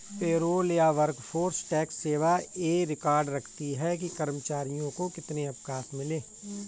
payroll या workforce tax सेवा यह रिकॉर्ड रखती है कि कर्मचारियों को कितने अवकाश मिले